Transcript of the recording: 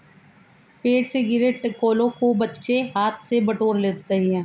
पेड़ से गिरे टिकोलों को बच्चे हाथ से बटोर रहे हैं